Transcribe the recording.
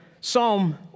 Psalm